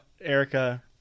Erica